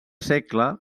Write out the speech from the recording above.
segle